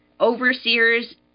overseers